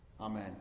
Amen